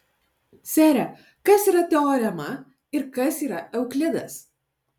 sere kas yra teorema ir kas yra euklidas